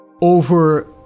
over